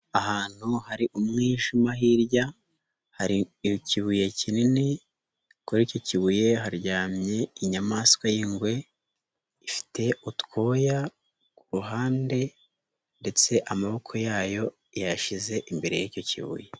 Ahantu hari umwijima hirya, hari ikibuye kinini kuri icyo kibuye haryamye inyamaswa y'ingwe ifite utwoya ku ruhande ndetse amaboko yayo yayashyize imbere icyo kibuye.